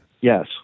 yes